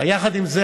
יחד עם זה,